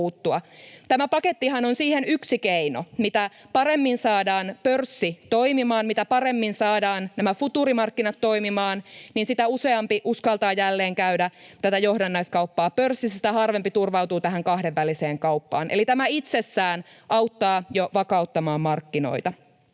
Tämä pakettihan on siihen yksi keino. Mitä paremmin saadaan pörssi toimimaan, mitä paremmin saadaan futuurimarkkinat toimimaan, sitä useampi uskaltaa jälleen käydä tätä johdannaiskauppaa pörssissä ja sitä harvempi turvautuu kahdenväliseen kauppaan, eli tämä itsessään auttaa jo vakauttamaan markkinoita.